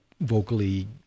vocally